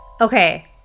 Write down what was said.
Okay